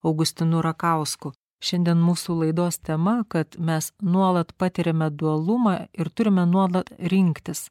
augustinu rakausku šiandien mūsų laidos tema kad mes nuolat patiriame dualumą ir turime nuolat rinktis